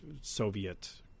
Soviet